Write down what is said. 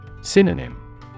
Synonym